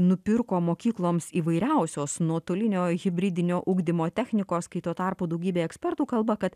nupirko mokykloms įvairiausios nuotolinio hibridinio ugdymo technikos kai tuo tarpu daugybė ekspertų kalba kad